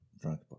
drunk